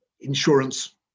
Insurance